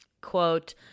Quote